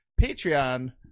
Patreon